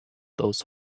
those